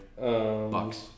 Bucks